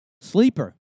Sleeper